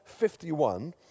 51